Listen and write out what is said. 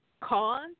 cause